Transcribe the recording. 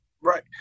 right